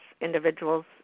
individuals